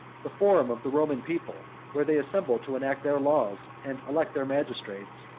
the forum of the roman people, where they assembled to enact their laws and elect their magistrates,